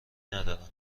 ندارند